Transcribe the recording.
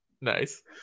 Nice